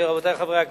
רבותי חברי הכנסת,